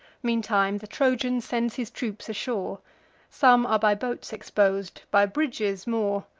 meantime the trojan sends his troops ashore some are by boats expos'd, by bridges more.